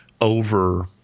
over